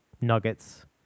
nuggets